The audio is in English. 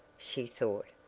she thought.